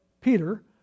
Peter